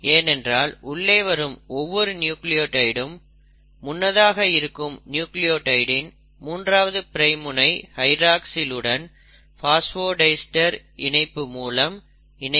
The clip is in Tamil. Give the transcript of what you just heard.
ஏனென்றால் உள்ளே வரும் ஒவ்வொரு நியூக்ளியோடைடும் முன்னதாக இருக்கும் நியூக்ளியோடைடின் 3ஆவது பிரைம் முனை ஹைட்ராக்ஸில் உடன் பாஸ்போடைஸ்டர் பாண்ட் மூலம் இணையும்